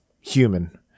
human